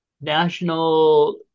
national